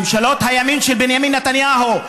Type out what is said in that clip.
ממשלות הימין של בנימין נתניהו,